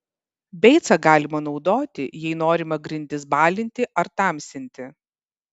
beicą galima naudoti jei norima grindis balinti ar tamsinti